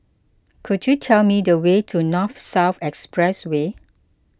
could you tell me the way to North South Expressway